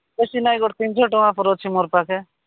କିଛି ନାଇଁ ଗୋଟେ ତିନିଶହ ଟଙ୍କା ପରେ ଅଛି ମୋର ପାଖେ